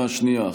איננו,